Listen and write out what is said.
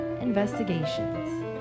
Investigations